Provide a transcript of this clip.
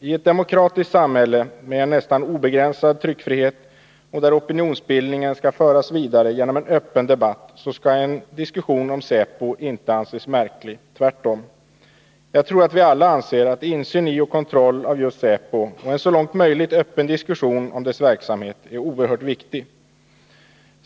I ett demokratiskt samhälle med en nästan obegränsad tryckfrihet och där opinionsbildningen skall föras vidare genom en öppen debatt skall en diskussion om säkerhetspolisen inte anses märklig, tvärtom. Jagtror att vi alla anser att insyn i och kontroll av just säkerhetspolisen och en så långt möjligt öppen diskussion om dess verksamhet är oerhört viktig.